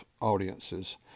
audiences